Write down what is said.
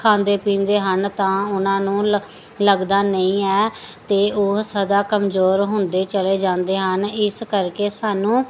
ਖਾਂਦੇ ਪੀਂਦੇ ਹਨ ਤਾਂ ਉਹਨਾਂ ਨੂੰ ਲੱਗਦਾ ਨਹੀਂ ਹੈ ਅਤੇ ਉਹ ਸਦਾ ਕਮਜ਼ੋਰ ਹੁੰਦੇ ਚਲੇ ਜਾਂਦੇ ਹਨ ਇਸ ਕਰਕੇ ਸਾਨੂੰ